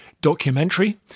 documentary